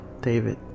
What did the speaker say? David